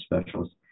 specialists